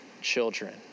children